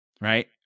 Right